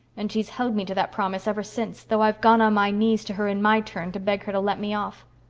and she's held me to that promise ever since, though i've gone on my knees to her in my turn to beg her to let me off.